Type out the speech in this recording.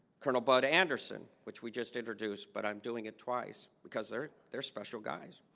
colonel bud anderson, which we just introduced, but i'm doing it twice because they're they're special guys,